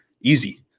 easy